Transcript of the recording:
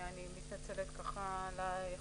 אני מתנצלת על האיחור,